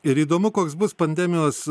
ir įdomu koks bus pandemijos